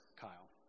Kyle